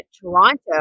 Toronto